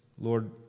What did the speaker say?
Lord